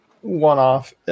one-off